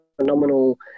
phenomenal